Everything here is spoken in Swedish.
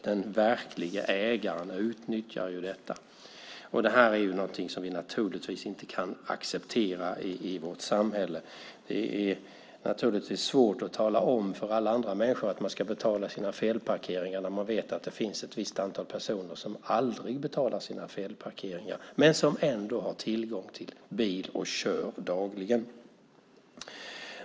Den verklige ägaren utnyttjar detta. Det här är någonting som vi naturligtvis inte kan acceptera i vårt samhälle. Det är svårt att tala om för alla andra människor att de ska betala sina felparkeringar när man vet att det finns ett visst antal personer som aldrig betalar sina felparkeringar men ändå har tillgång till bil och kör dagligen.